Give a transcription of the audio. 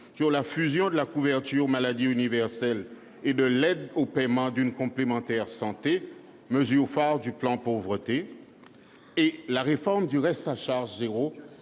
: la fusion de la couverture maladie universelle et de l'aide au paiement d'une complémentaire santé, mesure phare du plan Pauvreté ; et la réforme du « reste à charge zéro